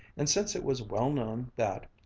and since it was well known that,